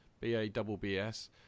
b-a-double-b-s